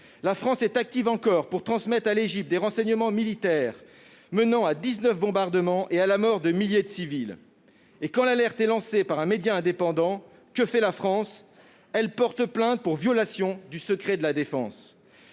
La France s'active encore pour transmettre à l'Égypte des renseignements militaires, qui ont entraîné dix-neuf bombardements et la mort de milliers de civils. Quand l'alerte est lancée par un média indépendant, que fait la France ? Elle porte plainte pour violation du secret de la défense